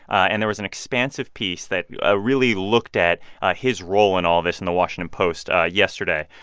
and there was an expansive piece that ah really looked at ah his role in all this in the washington post ah yesterday.